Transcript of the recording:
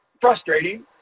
frustrating